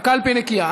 הקלפי נקייה.